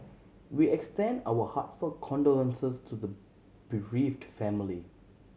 we extend our heartfelt condolences to the bereaved family